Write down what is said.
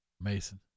Mason